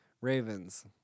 Ravens